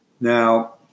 Now